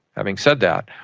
having said that,